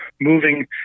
moving